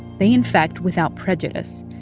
they infect without prejudice,